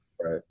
right